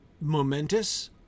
momentous